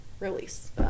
release